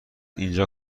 اینجا